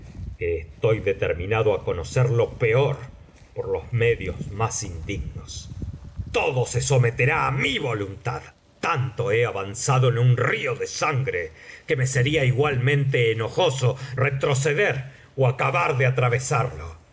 estoy determinado á conocer lo peor por los medios más indignos todo se someterá á mi voluntad tanto he avanzado en un río de sangre que me sería igualmente enojoso retroceder ó acabar de atraveacto